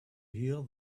hear